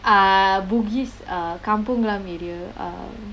uh bugis err kampong glam area